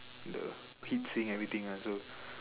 the clean saying everything ah so